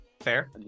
fair